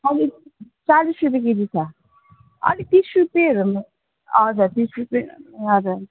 अलिक चालिस रुपियाँ केजी छ अलिक तिस रुपियाँहरूमा हजुर तिस रुपियाँ हजुर